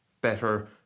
Better